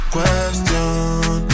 Question